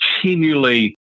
continually